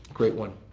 great one.